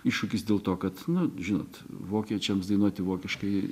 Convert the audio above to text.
iššūkis dėl to kad na žinot vokiečiams dainuoti vokiškai